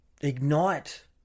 ignite